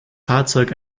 fahrzeug